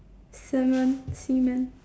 semen semen